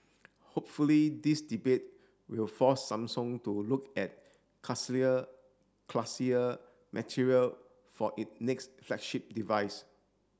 hopefully this debate will force Samsung to look at classier material for it next flagship device